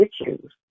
issues